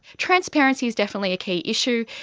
transparency is definitely a key issue.